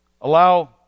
Allow